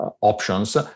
options